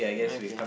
okay